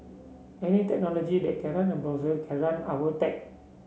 any technology that can run a browser can run our tech